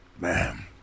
Man